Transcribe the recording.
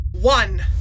one